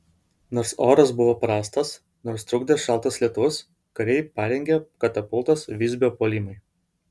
nors oras buvo prastas nors trukdė šaltas lietus kariai parengė katapultas visbio puolimui